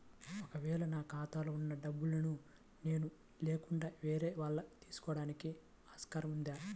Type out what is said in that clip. ఒక వేళ నా ఖాతాలో వున్న డబ్బులను నేను లేకుండా వేరే వాళ్ళు తీసుకోవడానికి ఆస్కారం ఉందా?